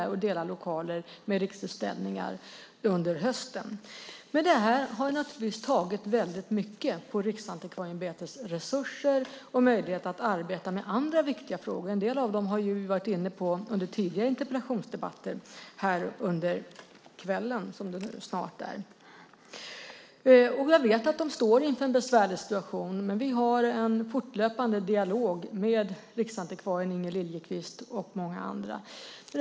Man ska då dela lokaler med Riksutställningar. Men det här har tagit mycket på Riksantikvarieämbetets resurser och möjlighet att arbeta med andra viktiga frågor. En del av dem har vi varit inne på under tidigare interpellationsdebatter här under kvällen, som det nu snart är. Jag vet att Riksantikvarieämbetet står inför en besvärlig situation, men vi har en fortlöpande dialog med riksantikvarien Inger Liliequist och många andra.